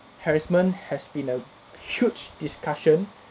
harassment has been a huge discussion